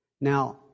Now